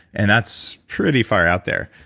and that's pretty far out there.